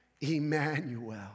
Emmanuel